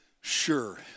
Sure